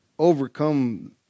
overcome